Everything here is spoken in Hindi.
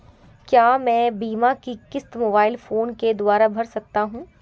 क्या मैं बीमा की किश्त मोबाइल फोन के द्वारा भर सकता हूं?